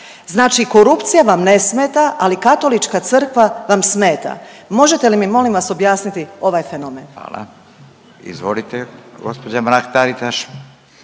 znači korupcija vam ne smeta, ali Katolička crkva vam smeta, možete li mi molim vas objasniti ovaj fenomen? **Radin, Furio